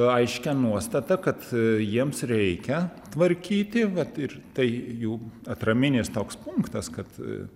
aiškią nuostatą kad jiems reikia tvarkyti vat ir tai jų atraminis toks punktas kad